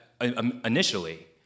initially